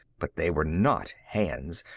but they were not hands.